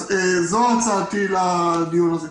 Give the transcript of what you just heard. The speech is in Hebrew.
זו הצעתי לדיון הזה.